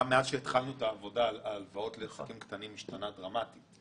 מאז שהתחלנו את העבודה על הלוואות לעסקים קטנים הוא השתנה דרמטית.